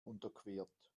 unterquert